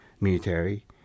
military